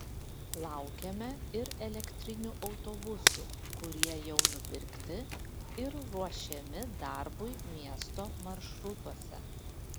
laukiame ir elektrinių autobusų kurie jau nupirkti ir ruošiami darbui miesto maršrutuose